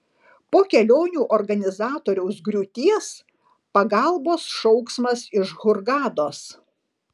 po kelionių organizatoriaus griūties pagalbos šauksmas iš hurgados